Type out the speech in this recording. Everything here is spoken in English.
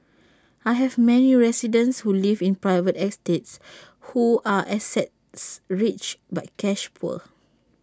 I have many residents who live in private estates who are asset rich but cash poor